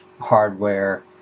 hardware